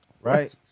right